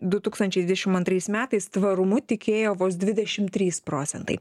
du tūkstančiai dvidešim antrais metais tvarumu tikėjo vos dvidešim trys procentai